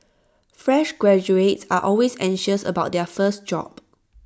fresh graduates are always anxious about their first job